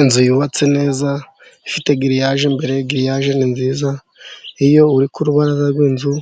Inzu yubatse neza, ifite giriyaje imbere, giriyaje ni nziza, iyo uri kurubaraza rw'inzu